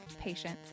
patients